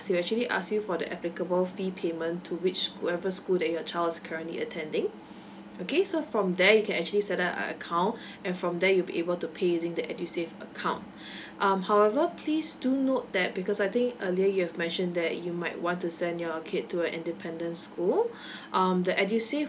it will actually ask you for the applicable fee payment to which whatever school that your child's currently attending okay so from there you can actually set up a account and from there you'll be able to pay using the edusave account um however please do note that because I think earlier you've mentioned that you might want to send your kid to an independent school um the edusave